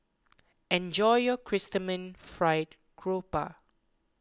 enjoy your Chrysanthemum Fried Garoupa